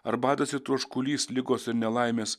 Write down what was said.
ar badas ir troškulys ligos ir nelaimes